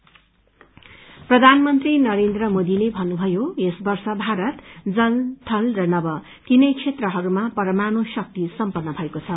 मन की बात प्रधानमन्त्री नरेन्द्र मोदीले भन्नुभयो यस वर्ष भारत जल थल र नभ तीनै क्षेत्रहरूमा परमाणु शक्ति सम्पन्न भएको छ